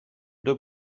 deux